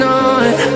on